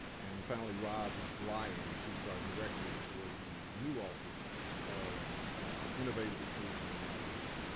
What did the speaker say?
and, finally, rob lyons, who's our director for the new office of innovative inclusion and outreach.